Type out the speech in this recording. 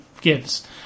gives